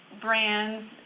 brands